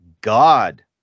God